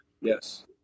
Yes